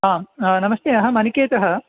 आं नमस्ते अहम् अनिकेतः